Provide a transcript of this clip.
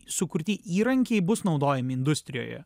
sukurti įrankiai bus naudojami industrijoje